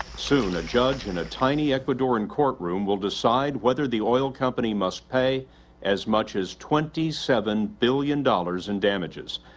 soon a judge in a tiny ecuadorian courtroom will decide whether the oil company must pay as much as twenty seven billion dollars in damages.